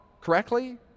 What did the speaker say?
correctly